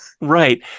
Right